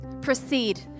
Proceed